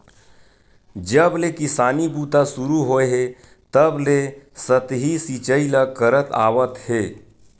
जब ले किसानी बूता सुरू होए हे तब ले सतही सिचई ल करत आवत हे